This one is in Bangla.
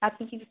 আপনি কি